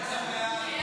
בקריאה שנייה.